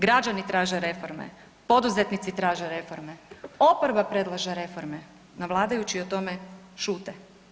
Građani traže reforme, poduzetnici traže reforme, oporba predlaže reforme, a vladajući o tome šute.